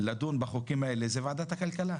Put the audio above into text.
לדון בהצעות החוק האלה הוא ועדת הכלכלה.